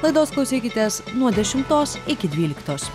laidos klausykitės nuo dešimtos iki dvyliktos